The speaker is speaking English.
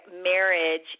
marriage